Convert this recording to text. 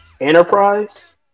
Enterprise